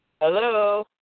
Hello